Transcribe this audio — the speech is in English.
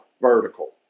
vertical